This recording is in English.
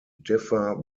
differ